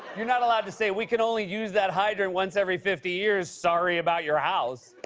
you're not allowed to say, we can only use that hydrant once every fifty years. sorry about your house.